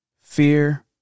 Fear